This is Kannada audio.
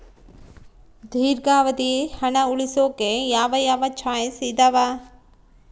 ದೇರ್ಘಾವಧಿ ಹಣ ಉಳಿಸೋಕೆ ಯಾವ ಯಾವ ಚಾಯ್ಸ್ ಇದಾವ?